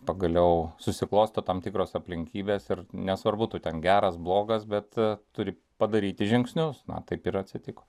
pagaliau susiklosto tam tikros aplinkybės ir nesvarbu tu ten geras blogas bet turi padaryti žingsnius na taip ir atsitiko